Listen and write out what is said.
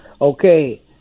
Okay